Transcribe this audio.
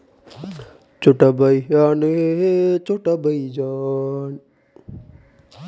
ಬೆಳೆ ಯಾಕೆ ಅಷ್ಟೊಂದು ಏರು ಇಳಿತ ಆಗುವುದು, ತರಕಾರಿ ಗಳಿಗೆ ವಿಶೇಷವಾಗಿ?